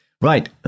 Right